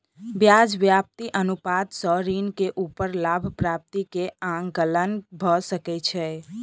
ब्याज व्याप्ति अनुपात सॅ ऋण के ऊपर लाभ प्राप्ति के आंकलन भ सकै छै